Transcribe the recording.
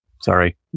Sorry